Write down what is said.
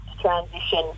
transition